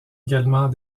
également